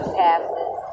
passes